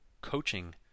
coaching